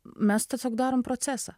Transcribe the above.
mes tiesiog darom procesą